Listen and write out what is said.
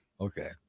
Okay